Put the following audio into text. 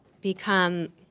become